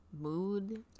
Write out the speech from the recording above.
mood